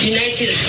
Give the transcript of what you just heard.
United